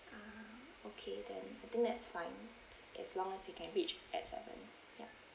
ah okay then I think that's fine as long as you can reach at seven ya